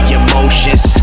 emotions